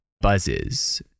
buzzes